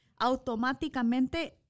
automáticamente